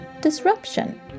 disruption